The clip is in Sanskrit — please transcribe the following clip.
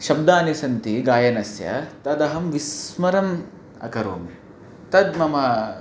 शब्दाः सन्ति गायनस्य तदहं विस्मरामि करोमि तद् मम